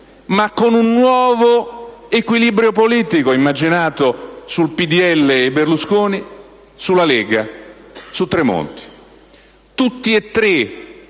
ma con un nuovo equilibrio politico, immaginato sul PdL e Berlusconi, sulla Lega, su Tremonti. Tutti e tre